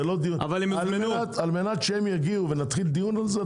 על מנת שהם יגיעו ונתחיל דיון על זה,